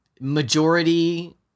majority